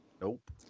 Nope